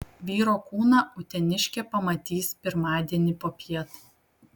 vyro kūną uteniškė pamatys pirmadienį popiet